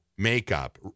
makeup